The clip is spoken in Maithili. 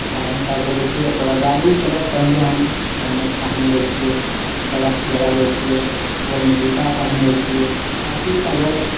गाड़ी हम साइडमे चलबै छियै ओकरबाद गाड़ी चलै सँ पहिले हम हेलमेट पहैन लै छियै ग्लब्स लगा लै छियै गोरमे जुत्ता पहैन लै छियै ताकि अगर